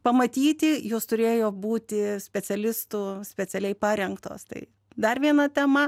pamatyti jos turėjo būti specialistų specialiai parengtos tai dar viena tema